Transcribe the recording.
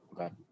Okay